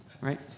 Right